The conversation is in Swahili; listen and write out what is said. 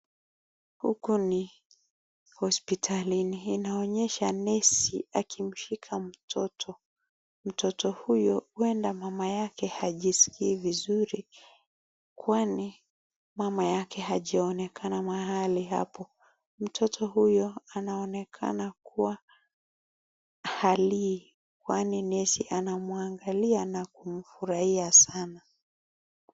Huku ni hospitalini. Inaonyesha nesi akimshika mtoto. Mtoto huyo huenda mama yake hajiskii vizuri kwani mama yake hajaonekana mahali hapo. Mtoto huyo anaonekana kuwa halii kwani nesi anamuangalia na kumfurahia sana.